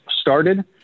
started